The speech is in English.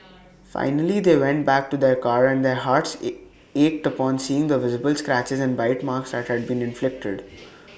finally they went back to their car and their hearts ate ached upon seeing the visible scratches and bite marks that had been inflicted